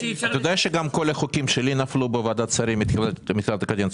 אתה יודע שגם כל החוקים שלי נפלו בוועדת שרים מתחילת הקדנציה?